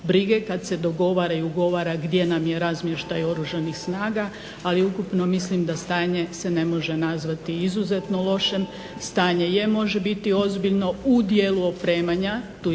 brige kada se dogovara i ugovara gdje nam je razmještaj oružanih snaga ali mislim da se ukupno stanje ne može nazvati izuzetno loše stanje. Je može biti ozbiljno u dijelu opremanja tu isključujem